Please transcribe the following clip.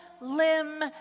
limb